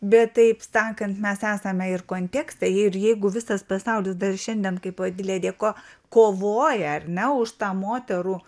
bet taip sakant mes esame ir konteksai ir jeigu visas pasaulis dar šiandien kaip vat ledėko kovoja ar ne už tą moterų